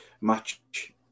match